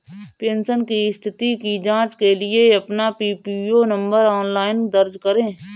pension की स्थिति की जांच के लिए अपना पीपीओ नंबर ऑनलाइन दर्ज करें